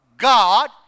God